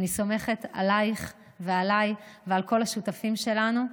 אני סומכת עלייך ועליי ועל כל השותפים שלנו,